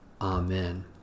Amen